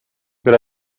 per